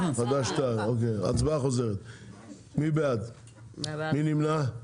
מי נמנע?